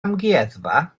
amgueddfa